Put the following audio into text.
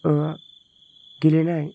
गेलेनाय